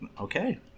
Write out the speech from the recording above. okay